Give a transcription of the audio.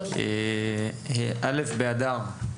א' באדר,